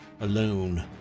alone